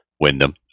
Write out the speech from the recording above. Wyndham